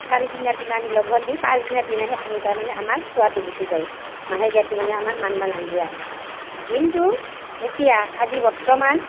চাৰিদিনৰ দিনা আমি লঘোণ দি পাঁচদিনৰ দিনাহে আমি তাৰমানে আমাৰ চুৱাটো গুচি যায় মাহেকীয়াটো মানে আমাৰ মানবা নালগে আৰ কিন্তু এতিয়া আজি বৰ্তমান